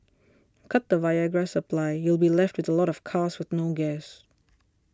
cut the Viagra supply you'll be left with a lot of cars with no gas